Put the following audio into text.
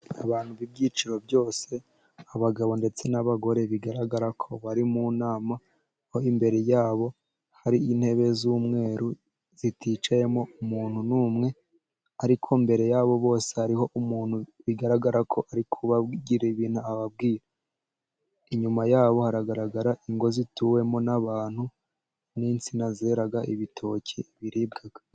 Abantu b'ibyiciro byose abagabo ndetse n'abagore bigaragara ko bari mu nama, aho imbere yabo hari intebe z'umweru ziticayemo umuntu n'umwe, ariko imbere yabo bose hariho umuntu bigaragara ko ari kubabwira ibintu ababwira, inyuma yabo haragaragara ingo zituwemo n'abantu, n'insina zera ibitoki biribwa.